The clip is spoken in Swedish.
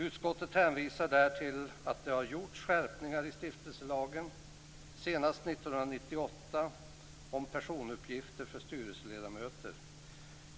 Utskottet hänvisar där till att det har gjorts skärpningar i stiftelselagen, senast 1998 om personuppgifter för styrelseledamöter.